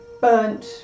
burnt